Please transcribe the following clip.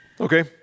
Okay